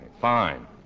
Fine